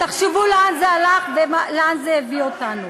תחשבו לאן זה הלך ולאן זה הביא אותנו.